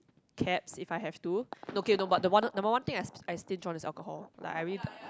cabs if I have to no K no the one number one thing I I stinge on is alcohol like I really